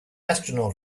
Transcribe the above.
astronaut